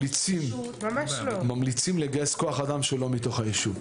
ממליצים לגייס כוח אדם שלא מתוך היישוב.